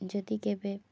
ଯଦି କେବେ